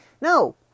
No